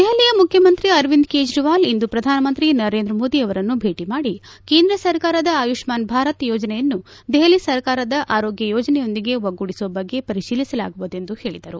ದೆಹಲಿ ಮುಖ್ಯಮಂತ್ರಿ ಅರವಿಂದ ಕೇಜ್ರಿವಾಲ್ ಇಂದು ಪ್ರಧಾನಮಂತ್ರಿ ನರೇಂದ್ರ ಮೋದಿ ಅವರನ್ನು ಭೇಟಿ ಮಾಡಿ ಕೇಂದ್ರ ಸರ್ಕಾರದ ಆಯುಷ್ಲಾನ್ ಭಾರತ್ ಯೋಜನೆಯನ್ನು ದೆಹಲಿ ಸರ್ಕಾರದ ಆರೋಗ್ಯ ಯೋಜನೆಯೊಂದಿಗೆ ಒಗ್ಗೂಡಿಸುವ ಬಗ್ಗೆ ಪರಿಶೀಲಿಸಲಾಗುವುದು ಎಂದು ಹೇಳಿದರು